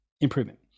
improvement